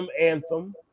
anthem